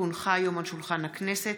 כי הונחה היום על שולחן הכנסת